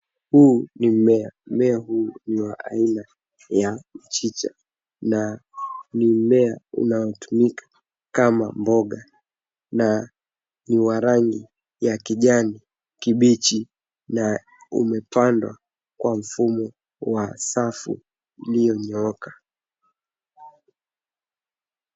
Huu ni mmea, mmea huu ni aina ya mchicha na ni mmea unaotumika kama mboga na ni wa rangi ya kijani kibichi na umepandwa kwa mfumo wa safu ulionyooka.